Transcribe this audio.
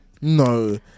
No